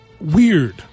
weird